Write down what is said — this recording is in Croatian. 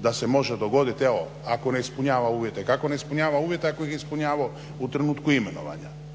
da se može dogoditi evo, ako ne ispunjava uvjete. Kako ne ispunjava uvjete ako ih je ispunjavao u trenutku imenovanja.